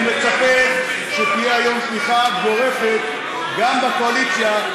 אני מצפה שתהיה היום תמיכה גורפת גם בקואליציה,